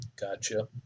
Gotcha